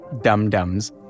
dum-dums